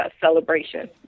celebration